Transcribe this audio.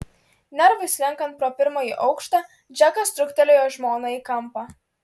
narvui slenkant pro pirmąjį aukštą džekas trūktelėjo žmoną į kampą